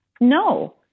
No